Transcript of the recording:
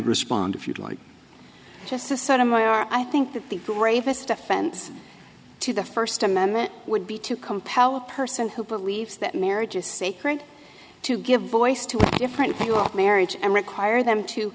respond if you like just the sort of my i think that the greatest offense to the first amendment would be to compel a person who believes that marriage is sacred to give voice to a different view of marriage and require them to